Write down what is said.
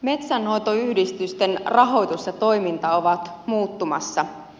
metsänhoitoyhdistysten rahoitus ja toiminta ovat muuttumassa